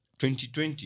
2020